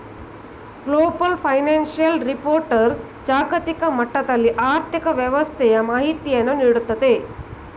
global financial report ಜಾಗತಿಕ ಮಟ್ಟದಲ್ಲಿ ಆರ್ಥಿಕ ವ್ಯವಸ್ಥೆಯ ಮಾಹಿತಿಯನ್ನು ನೀಡುತ್ತದೆ